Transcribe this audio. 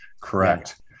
correct